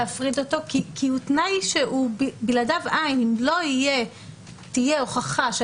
ככל שזה תלוי ביושב-ראש הוועדה, לא תוטל חובת